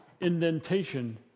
indentation